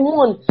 one